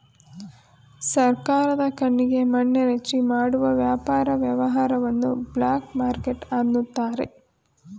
ಸರ್ಕಾರದ ಕಣ್ಣಿಗೆ ಮಣ್ಣೆರಚಿ ಮಾಡುವ ವ್ಯಾಪಾರ ವ್ಯವಹಾರವನ್ನು ಬ್ಲಾಕ್ ಮಾರ್ಕೆಟ್ ಅನ್ನುತಾರೆ